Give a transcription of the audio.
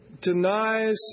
denies